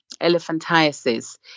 elephantiasis